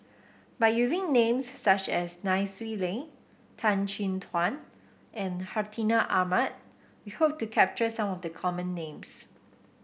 by using names such as Nai Swee Leng Tan Chin Tuan and Hartinah Ahmad we hope to capture some of the common names